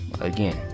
again